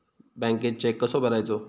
बँकेत चेक कसो भरायचो?